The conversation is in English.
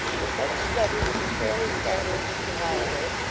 with such sud denness as fairly startled mr. holliday,